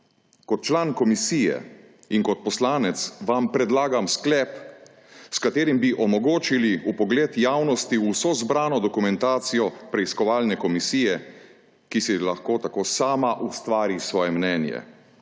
Kot član komisije in kot poslanec vam predlagam sklep, s katerim bi omogočili vpogled javnosti v vso zbrano dokumentacijo preiskovalne komisije, ki si lahko tako sama ustvari svoje mnenje.